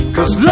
Cause